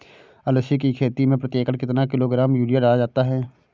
अलसी की खेती में प्रति एकड़ कितना किलोग्राम यूरिया डाला जाता है?